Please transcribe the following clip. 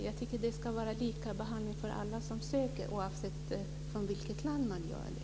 Jag tycker att det ska vara lika behandling för alla som söker oavsett från vilket land man gör det.